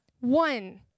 one